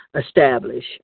establish